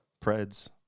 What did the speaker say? Preds